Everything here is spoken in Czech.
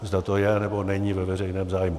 Zda to je, nebo není ve veřejném zájmu.